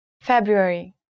February